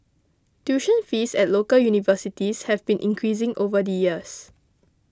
tuition fees at local universities have been increasing over the years